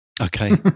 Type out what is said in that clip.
Okay